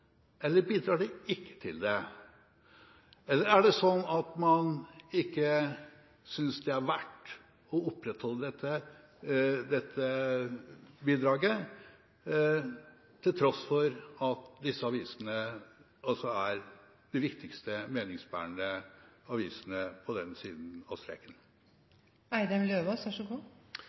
eller bidrar de ikke til det? Eller er det sånn at man ikke synes det er verdt å opprettholde dette bidraget, til tross for at disse avisene også er de viktigste meningsbærende avisene på denne siden av